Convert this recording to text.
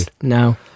No